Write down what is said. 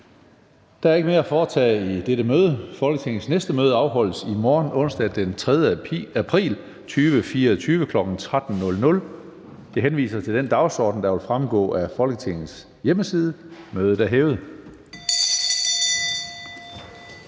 Der er ikke mere at foretage i dette møde. Folketingets næste møde afholdes i morgen, onsdag den 3. april 2024, kl. 13.00. Jeg henviser til den dagsorden, der vil fremgå af Folketingets hjemmeside. Mødet er hævet.